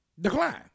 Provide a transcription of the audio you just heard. decline